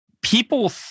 people